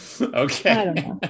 okay